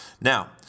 now